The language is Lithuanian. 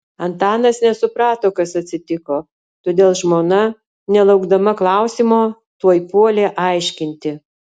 antanas nesuprato kas atsitiko todėl žmona nelaukdama klausimo tuoj puolė aiškinti